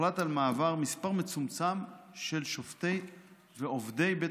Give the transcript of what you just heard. הוחלט על מעבר מספר מצומצם של שופטי ועובדי בית